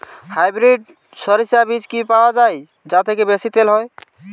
Hybrid শরিষা বীজ কি পাওয়া য়ায় যা থেকে বেশি তেল হয়?